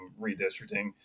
redistricting